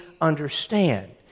understand